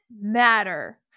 matter